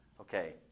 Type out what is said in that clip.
Okay